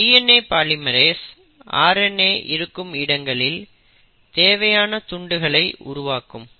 இந்த DNA polymerase RNA இருக்கும் இடங்களில் தேவையான துண்டுகளை உருவாக்கும்